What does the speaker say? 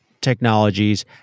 technologies